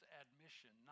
admission